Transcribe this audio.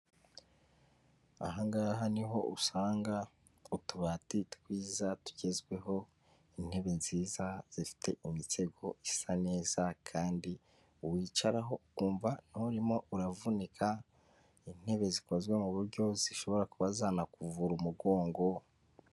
Aha ngaha niho usanga utubati twiza tugezweho, intebe nziza zifite imisego isa neza, kandi wicaraho ukumva nturimo uravunika, intebe zikozwe mu buryo zishobora kuba zanakuvura umugongo.